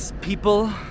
people